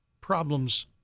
problems